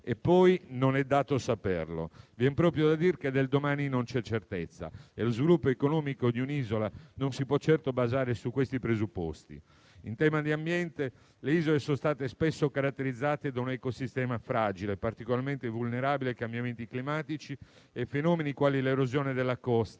e poi non è dato saperlo. Viene proprio da dire che del domani non c'è certezza e lo sviluppo economico di un'isola non si può certo basare su questi presupposti. In tema di ambiente, le isole sono state spesso caratterizzate da un ecosistema fragile, particolarmente vulnerabile ai cambiamenti climatici e a fenomeni quali l'erosione della costa,